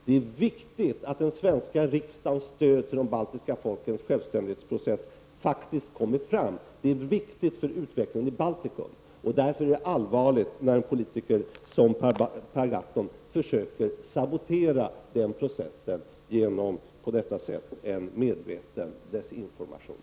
Det är viktigt att den svenska riksdagens stöd till de baltiska folkens självständighetsprocess ständigt kommer fram, Det är viktigt för utvecklingen i Baltikum. Därför är det allvarligt när en politiker som Per Gahrton försöker sabotera den processen genom en medveten desinformation,